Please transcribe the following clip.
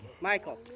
Michael